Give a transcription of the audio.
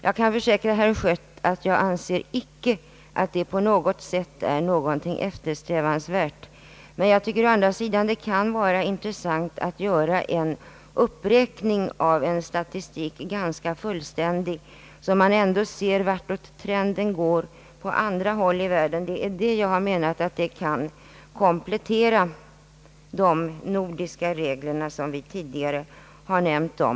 Jag kan försäkra herr Schött att jag icke anser att detta är eftersträvansvärt på något sätt. Men jag tycker att det kan vara intressant att göra en uppräkning ganska fullständig, så att man ser vart trenden går på andra håll i världen. Jag har menat att detta kan komplettera de nordiska reglerna, som vi tidigare har talat om.